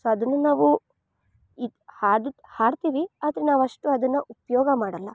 so ಅದನ್ನ ನಾವು ಈ ಹಾಡುತ್ ಹಾಡ್ತೀವಿ ಆದರೆ ನಾವು ಅಷ್ಟು ಅದನ್ನು ಉಪಯೋಗ ಮಾಡೋಲ್ಲ